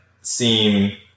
seem